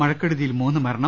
മഴക്കെടുതിയിൽ മൂന്നുമരണം